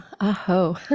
Aho